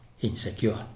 insecure